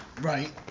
Right